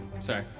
Sorry